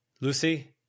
Lucy